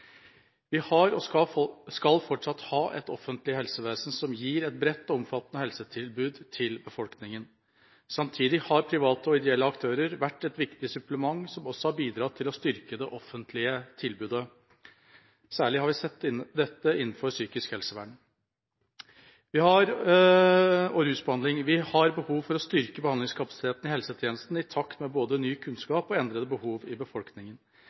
Vi har og skal fortsatt ha et offentlig helsevesen som gir et bredt og omfattende helsetilbud til befolkninga. Samtidig har private og ideelle aktører vært et viktig supplement, som også har bidratt til å styrke det offentlige tilbudet. Særlig har vi sett dette innenfor psykisk helsevern og rusbehandling. Vi har behov for å styrke behandlingskapasiteten i helsetjenesten, i takt med både ny kunnskap og endrede behov i